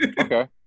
Okay